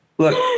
Look